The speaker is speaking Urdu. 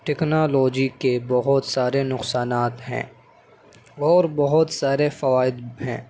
ٹیکنالوجی کے بہت سارے نقصانات ہیں اور بہت سارے فوائد ہیں